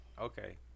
Okay